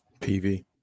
PV